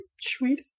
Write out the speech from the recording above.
Sweet